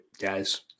guys